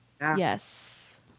yes